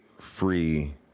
free